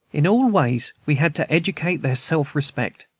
in all ways we had to educate their self-respect.